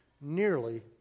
nearly